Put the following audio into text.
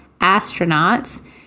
astronauts